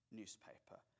newspaper